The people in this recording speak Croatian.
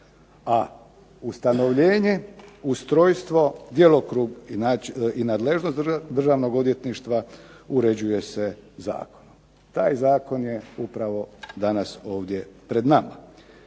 A ustanovljenje, ustrojstvo, djelokrug i nadležnost Državnog odvjetništva uređuje se zakonom. Taj zakon je upravo danas ovdje pred nama.